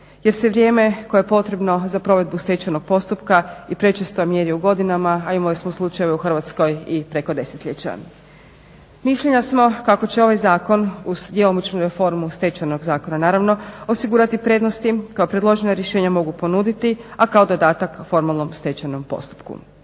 Jer se vrijeme koje je potrebno za provedbu stečajnog postupka i prečesto mjeri u godinama, a imali smo slučajeve u Hrvatskoj i preko desetljeća. Mišljenja smo kako će ovaj zakon uz djelomičnu reformu Stečajnog zakona naravno osigurati prednosti koja predložena rješenja mogu ponuditi, a kao dodatak formalnom stečajnom postupku.